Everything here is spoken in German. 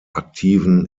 aktiven